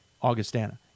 Augustana